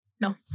no